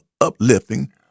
uplifting